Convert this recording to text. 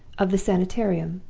of the sanitarium,